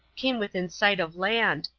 came within sight of land,